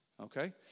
okay